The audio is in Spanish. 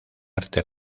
arte